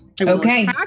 Okay